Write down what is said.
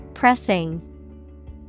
Pressing